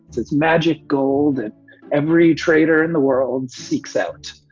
it's magic gold that every trader in the world seeks out.